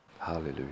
Hallelujah